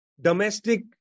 domestic